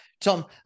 Tom